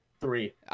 three